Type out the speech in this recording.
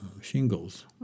shingles